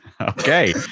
Okay